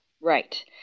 Right